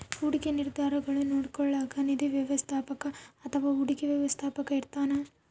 ಹೂಡಿಕೆ ನಿರ್ಧಾರಗುಳ್ನ ನೋಡ್ಕೋಳೋಕ್ಕ ನಿಧಿ ವ್ಯವಸ್ಥಾಪಕ ಅಥವಾ ಹೂಡಿಕೆ ವ್ಯವಸ್ಥಾಪಕ ಇರ್ತಾನ